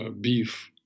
beef